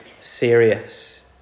serious